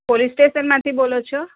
police સ્ટેશનમાંથી બોલો છો